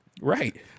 Right